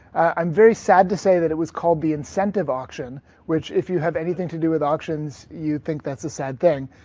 i am very sad to say that it was called the incentive auction which if you have anything to do with auctions you think that's a sad thing.